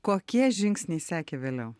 kokie žingsniai sekė vėliau